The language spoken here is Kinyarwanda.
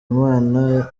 imana